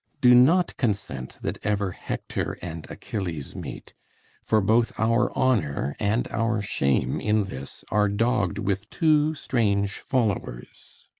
do not consent that ever hector and achilles meet for both our honour and our shame in this are dogg'd with two strange followers.